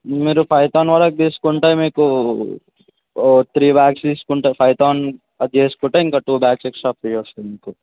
మీరు ఫైతాన్ వరకు తీసుకుంటే మీకు త్రీ బ్యాగ్స్ తీసుకుంటే ఫైవ్ థౌసండ్ అది తీసుకుంటే ఇంకా టు బ్యాగ్స్ ఎక్సట్రా ఫ్రీ వస్తుంది మీకు